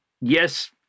yes